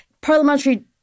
parliamentary